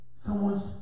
someone's